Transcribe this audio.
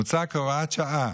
מוצע כהוראת שעה,